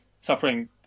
suffering